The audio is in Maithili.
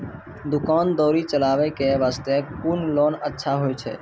दुकान दौरी चलाबे के बास्ते कुन लोन अच्छा होय छै?